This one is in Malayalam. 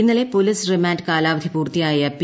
ഇന്നലെ പോലീസ് റിമാന്റ് കാലാവധി പൂർത്തിയായ പി